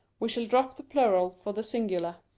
we shall drop the plural for the singular.